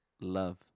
Love